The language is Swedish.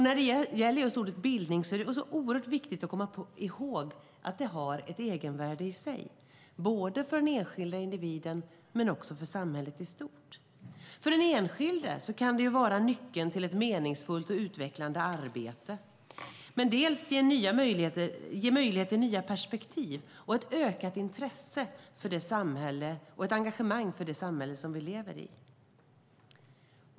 När det gäller bildning är det oerhört viktigt att komma ihåg att den har ett egenvärde i sig, både för den enskilda individen och för samhället i stort. För den enskilda kan bildning vara nyckeln till ett meningsfullt och utvecklande arbete och ge möjlighet till nya perspektiv och ett ökat intresse och engagemang för det samhälle som vi lever i.